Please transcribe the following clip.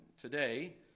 today